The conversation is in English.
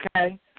Okay